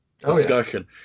discussion